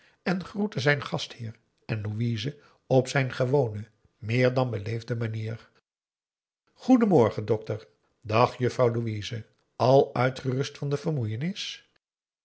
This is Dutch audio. en groette zijn gastheer en louise op zijn gewone meer dan beleefde manier goeden morgen dokter dag juffrouw louise al uitgerust van de vermoeienis